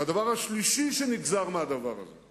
והדבר השלישי שנגזר מהדבר הזה הוא,